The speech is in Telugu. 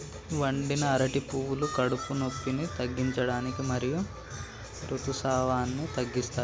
వండిన అరటి పువ్వులు కడుపు నొప్పిని తగ్గించడానికి మరియు ఋతుసావాన్ని తగ్గిస్తాయి